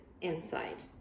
inside